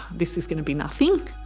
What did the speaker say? this is going to be nothing.